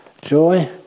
joy